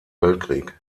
weltkrieg